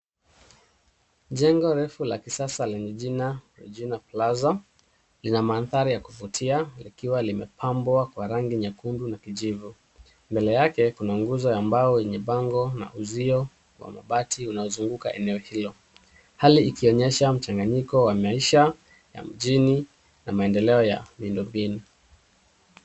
Jengo refu la kisasa lenye jina Regina Plaza lina maandari ya kuvutia likiwa limepambwa kwa rangi nyekundu na kijivu mbele yake kuna nguzo ya mbao enye mbango na usio wa mabati unaozunguka eneo hilo, hali ikionyesha mchanganyiko wa maisha ya mjini na maendeleo ya miundobinu.